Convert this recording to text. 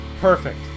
perfect